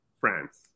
France